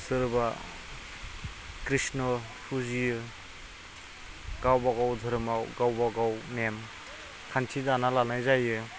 सोरबा कृष्ण फुजियो गावबागाव धोरोमाव गावबागाव नेम खान्थि दाना लानाय जायो